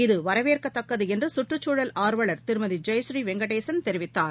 இது வரவேற்கத்தக்கதுஎன்றுகற்றுச்சூழல் ஆர்வலர் திருமதிஜெயபுரீ வெங்கடேசன் தெரிவித்தார்